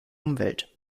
umwelt